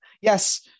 yes